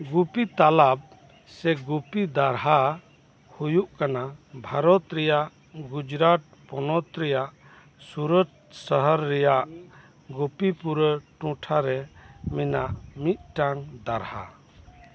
ᱜᱩᱯᱤ ᱛᱟᱞᱟ ᱥᱮ ᱜᱤᱯᱤ ᱫᱟᱨᱦᱟ ᱦᱩᱭᱩᱜ ᱠᱟᱱᱟ ᱵᱷᱟᱨᱚᱛ ᱨᱮᱭᱟᱜ ᱜᱩᱡᱨᱟᱴ ᱯᱚᱱᱚᱛ ᱨᱮᱭᱟᱜ ᱥᱩᱨᱟᱴ ᱥᱟᱦᱟᱨ ᱨᱮᱭᱟᱜ ᱜᱩᱯᱤ ᱯᱩᱨᱟ ᱴᱚᱴᱷᱟᱨᱮ ᱢᱮᱱᱟᱜ ᱢᱤᱫᱽᱴᱟᱝ ᱫᱟᱨᱦᱟ